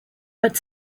but